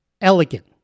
elegant